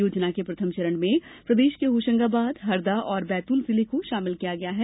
योजना के प्रथम चरण में प्रदेश के होशंगाबाद हरदा और बैतूल जिले को शामिल किया गया है